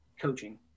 coaching